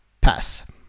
pass